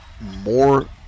more